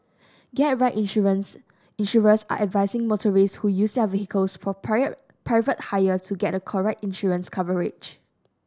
get right insurance insurers are advising motorists who use their vehicles for private hire to get a correct insurance coverage